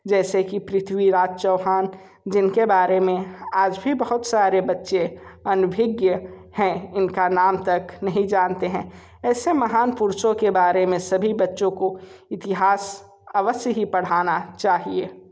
जैसे कि पृथ्वीराज चौहान जिन के बारे में आज भी बहुत सारे बच्चे अनभिज्ञ हैं इन का नाम तक नहीं जानते हैं ऐसे महान पुरुषों के बारे में सभी बच्चों को इतिहास अवश्य ही पढ़ाना चाहिए